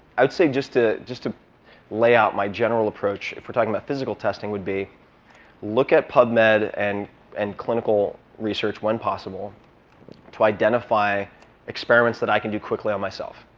i would say just to just to lay out my general approach, if we're talking about physical testing would be look at pubmed and and clinical research when possible to identify experiments that i can do quickly on myself.